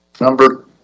number